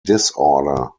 disorder